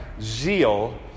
zeal